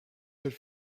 good